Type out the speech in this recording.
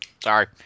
Sorry